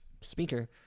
Speaker